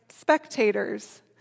spectators